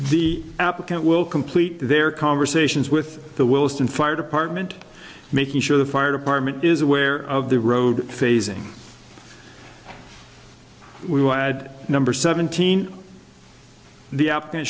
the applicant will complete their conversations with the wilson fire department making sure the fire department is aware of the road phasing we will add number seventeen the a